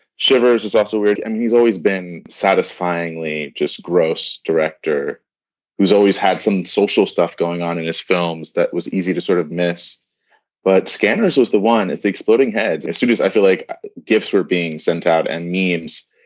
shivers is also weird and he's always been satisfyingly just gross director who's always had some social stuff going on in his films that was easy to sort of miss but scanners was the one that's exploding heads as soon as i feel like gifts were being sent out and mediums.